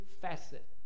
facet